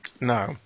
No